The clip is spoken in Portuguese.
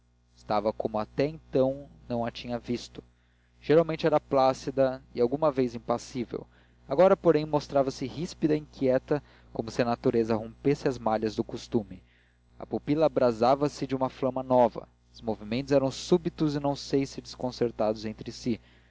estava como até então não a tinha visto geralmente era plácida e alguma vez impassível agora porem mostrava-se ríspida e inquieta como se a natureza rompesse as malhas do costume a pupila abrasava se de uma flama nova os movimentos eram súbitos e não sei se desconcertados entre si